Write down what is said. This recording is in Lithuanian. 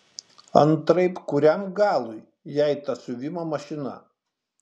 antraip kuriam galui jai ta siuvimo mašina